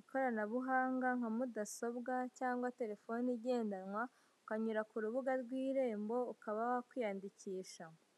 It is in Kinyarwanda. ikoranabuhanga nka mudasobwa cyangwa telefoni igendanwa, ukanyura ku rubuga rw'irembo ukaba wakwiyandikisha.